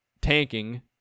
tanking